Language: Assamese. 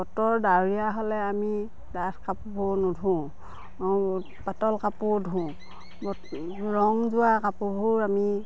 বতৰ ডাৱৰীয়া হ'লে আমি ডাঠ কাপোৰবোৰ নোধোওঁ পাতল কাপোৰ ধোওঁ ৰং যোৱা কাপোৰবোৰ আমি